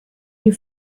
you